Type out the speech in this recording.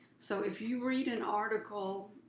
so if you read an article,